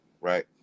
right